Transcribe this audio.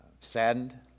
saddened